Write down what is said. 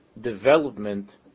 development